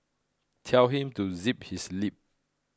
tell him to zip his lip